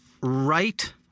Right